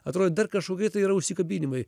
atrodė dar kažkokie tai yra užsikabinimai